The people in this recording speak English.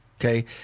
Okay